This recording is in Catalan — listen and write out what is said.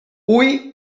hui